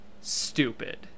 stupid